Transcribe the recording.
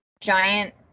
giant